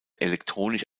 elektronisch